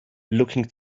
looking